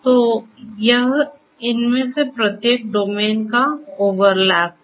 तो यह इनमें से प्रत्येक डोमेन का ओवरलैप है